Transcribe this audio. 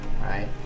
right